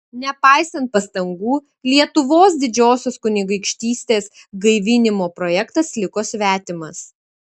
nepaisant pastangų lietuvos didžiosios kunigaikštystės gaivinimo projektas liko svetimas